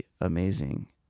amazing